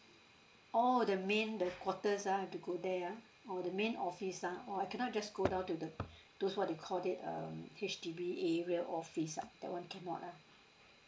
oh the main the quarters ah I have to go there ah oh the main office ah oh I cannot just go down to the those what do you call that um H_D_B area office ah that one cannot ah